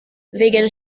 wegen